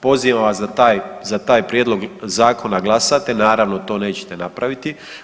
Pozivam vas da taj, za taj prijedlog zakona glasate, naravno to nećete napraviti.